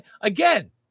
again